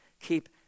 Keep